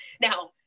Now